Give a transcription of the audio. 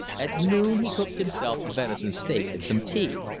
at noon he cooked himself a venison steak and some tea.